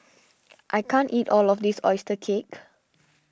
I can't eat all of this Oyster Cake